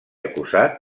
acusat